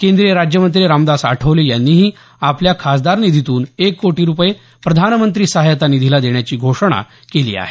केंद्रीय राज्यमंत्री रामदास आठवले यांनीही आपल्या खासदार निधीतून एक कोटी रुपये प्रधानमंत्री सहायता निधीला देण्याची घोषणा केली आहे